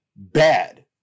Bad